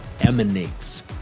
emanates